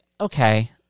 okay